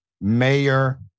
mayor